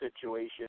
situation